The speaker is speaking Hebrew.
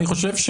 אני חושב,